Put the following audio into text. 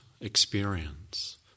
experience